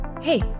Hey